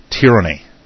tyranny